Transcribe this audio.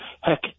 Heck